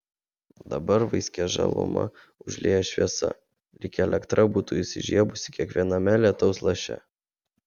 dabar vaiskią žalumą užlieja šviesa lyg elektra būtų įsižiebusi kiekviename lietaus laše